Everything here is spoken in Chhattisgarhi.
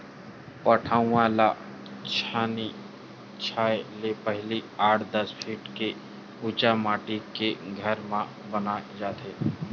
पठउवा ल छानही छाहे ले पहिली आठ, दस फीट के उच्च माठी के घर म बनाए जाथे